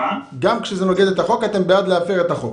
גם כשזה נוגד את החוק, אתם בעד להפר את החוק.